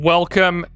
Welcome